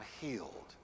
healed